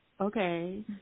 Okay